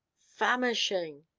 famishing!